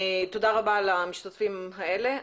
תודה רבה למשתתפים האלה.